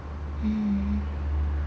mm